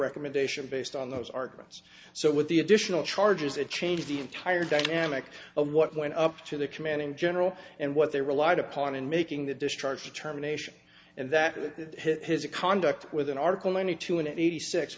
recommendation based on those arguments so with the additional charges it changed the entire dynamic of what went up to the commanding general and what they relied upon in making the discharge determination and that of that his conduct with an article ninety two and eighty six